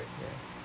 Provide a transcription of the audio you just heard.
ya